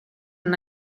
non